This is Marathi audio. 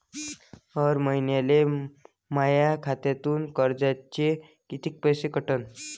हर महिन्याले माह्या खात्यातून कर्जाचे कितीक पैसे कटन?